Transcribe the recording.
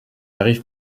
arrive